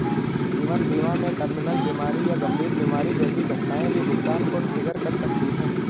जीवन बीमा में टर्मिनल बीमारी या गंभीर बीमारी जैसी घटनाएं भी भुगतान को ट्रिगर कर सकती हैं